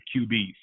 QBs